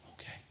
okay